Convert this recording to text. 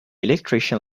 electrician